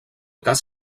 cas